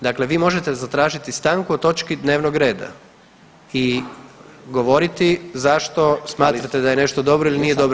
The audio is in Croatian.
Dakle, vi možete zatražiti stanku o točki dnevnog reda i govoriti zašto smatrate da je nešto dobro ili nije dobro.